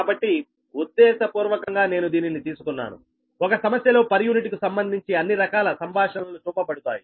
కాబట్టి ఉద్దేశపూర్వకంగా నేను దీనిని తీసుకున్నాను ఒక సమస్యలో పర్ యూనిట్కు సంబంధించి అన్ని రకాల సంభాషణలు చూపబడతాయి